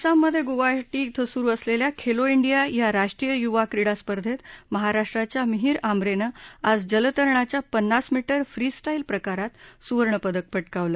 आसाममधे गुवाहाटी धिं सुरु असलेल्या खेलो धिंडिया या राष्ट्रीय युवा क्रीडा स्पर्धेत महाराष्ट्राच्या मिहिर आंब्रेनं आज जलतरणाच्या पन्नास मीटर फ्रीस्टाईल प्रकारात सूवर्णपदक पटकावलं